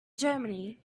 germany